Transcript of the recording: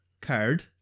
card